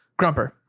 Grumper